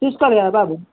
చూసుకోవాలి అయ్యా బాబు